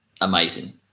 amazing